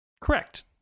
Correct